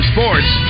Sports